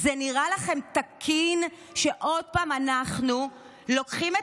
זה נראה לכם תקין שעוד פעם אנחנו לוקחים את